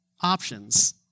options